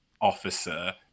officer